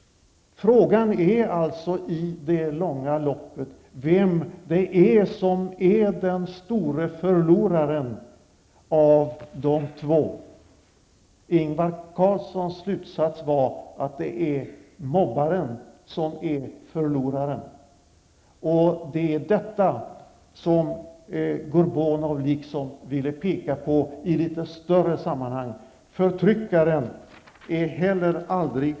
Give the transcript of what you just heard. Frågan är alltså vem av dessa båda som i det långa loppet kommer att framstå som den store förloraren. Ingvar Carlsson drog slutsatsen att det är mobbaren som är förloraren. Det är just detta som Gorbunovs ville peka på i det något större sammanhanget. Inte heller förtryckaren är alltså fri.